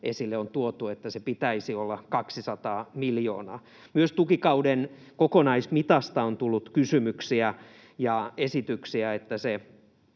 esille on tuotu, että sen pitäisi olla 200 miljoonaa. Myös tukikauden kokonaismitasta on tullut kysymyksiä ja esityksiä, että se